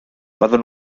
byddan